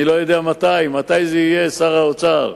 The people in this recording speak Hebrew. אני לא יודע מתי זה יהיה, שר האוצר.